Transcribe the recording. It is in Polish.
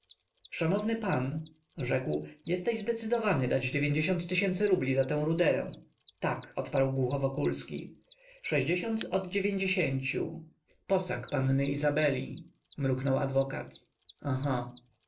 szanowny pan rzekł jesteś zdecydowany dać rubli za tę ruderę tak odparł głucho wokulski sześćdziesiąt od dziewięćdziesięciu posag panny izabeli mruknął adwokat aha